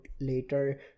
later